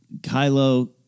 Kylo